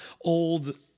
old